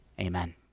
Amen